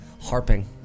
Harping